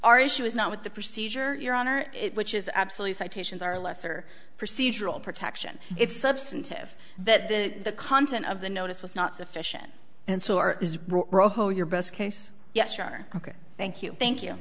our issue is not with the procedure your honor it which is absolute citations are lesser procedural protection it's substantive that the content of the notice was not sufficient and so are is your best case yes you're ok thank you thank you